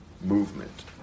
movement